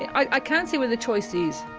i can't see where the choice is.